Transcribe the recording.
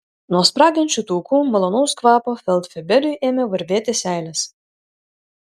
nuo spragančių taukų malonaus kvapo feldfebeliui ėmė varvėti seilės